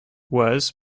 was